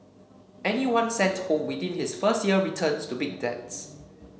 anyone sent home within his first year returns to big debts